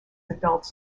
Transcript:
adults